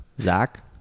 Zach